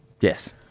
Yes